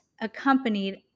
accompanied